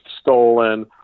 stolen